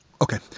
Okay